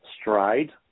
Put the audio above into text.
stride